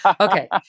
Okay